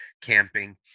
camping